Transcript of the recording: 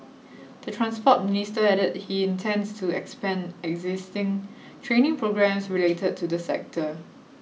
the transport minister added he intends to expand existing training programmes related to the sector